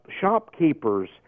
shopkeepers